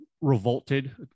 revolted